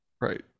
right